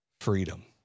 freedom